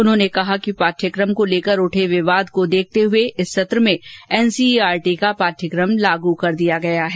उन्होंने कहा कि पाठ्यक्रम को लेकर उठे विवाद को देखते हुए इस सत्र में एनसीआरटी का पाठयक्रम लागू कर दिया गया है